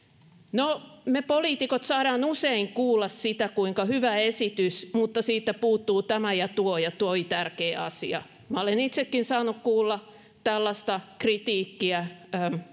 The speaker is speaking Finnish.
no me poliitikot saamme usein kuulla sitä kuinka hyvä esitys mutta siitä puuttuu tämä ja tuo ja tuo tärkeä asia minä olen itsekin saanut kuulla tällaista kritiikkiä